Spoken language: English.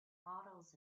models